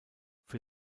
für